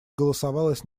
голосовалась